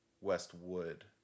Westwood